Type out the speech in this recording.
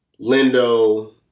lindo